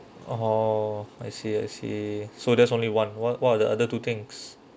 oh I see I see so there's only one what what are the other two things